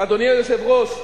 אדוני היושב-ראש,